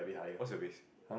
what's the risks